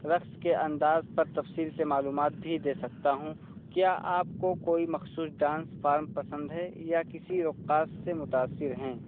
رقص کے انداز پر تفصیل سے معلومات بھی دے سکتا ہوں کیا آپ کو کوئی مخصوص ڈانس فارم پسند ہے یا کسی رقاص سے متاثر ہیں